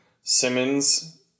Simmons